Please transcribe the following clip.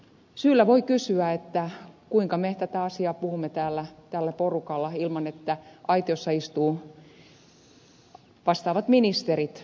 syyllä voi kysyä kuinka me tätä asiaa puhumme täällä tällä porukalla ilman että aitiossa istuvat vastaavat ministerit